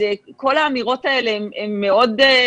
אני אומרת: כל האמירות האלה מאוד לגיטימיות,